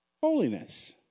holiness